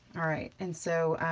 alright. and so,